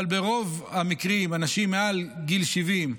אבל ברוב המקרים, אנשים מעל גיל 70,